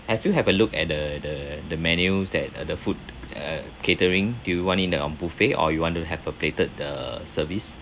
have you have a look at the the the menus that uh the food uh catering do you want it in a buffet or you want to have a plated uh service